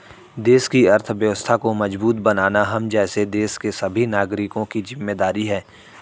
देश की अर्थव्यवस्था को मजबूत बनाना हम जैसे देश के सभी नागरिकों की जिम्मेदारी है